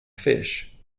fish